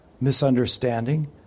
misunderstanding